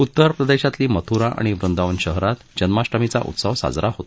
उत्तर प्रदेशातली मथुरा आणि वृंदावन शहरात जन्माष्टमीचा उत्सव साजरा होत